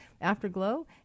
Afterglow